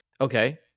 Okay